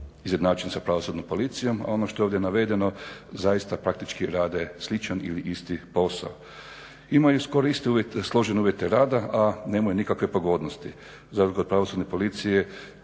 izjednačeni sa Pravosudnom policijom, a ono što je ovdje navedeno zaista praktički rade sličan ili isti posao. Imaju skoro iste složene uvjete rada, a nemaju nikakve pogodnosti, za razliku od Pravosudne policije